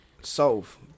solve